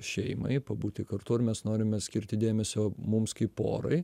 šeimai pabūti kartu ar mes norime skirti dėmesio mums kaip porai